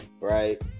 right